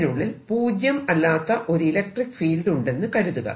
ഇതിനുള്ളിൽ പൂജ്യം അല്ലാത്ത ഒരു ഇലക്ട്രിക്ക് ഫീൽഡ് ഉണ്ടെന്നു കരുതുക